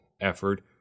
effort